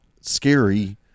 scary